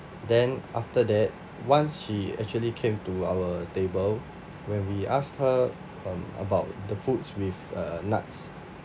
then after that once she actually came to our table when we asked her about um about the foods with uh nuts